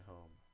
Home